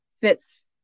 fits